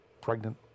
pregnant